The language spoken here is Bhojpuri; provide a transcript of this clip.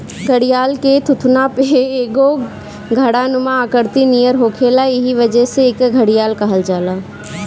घड़ियाल के थुथुना पे एगो घड़ानुमा आकृति नियर होखेला एही वजह से एके घड़ियाल कहल जाला